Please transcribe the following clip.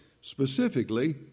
specifically